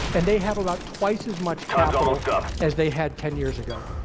and they have about twice as much capital as they had ten years ago.